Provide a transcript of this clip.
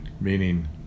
meaning